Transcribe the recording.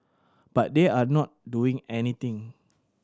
but they are not doing anything